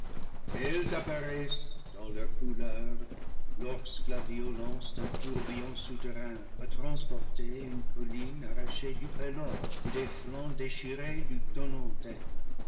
telles apparaissent dans leur couleur lorsque la violence d'un tourbillon souterrain a transporté une colline arraché du pelore ou des flancs déchirés du